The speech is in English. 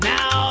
Now